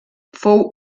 fou